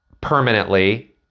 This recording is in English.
permanently